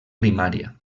primària